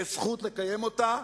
זכות לקיים אותה,